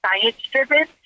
science-driven